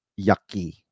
yucky